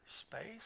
space